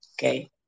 okay